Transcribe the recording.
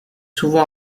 souvent